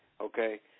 okay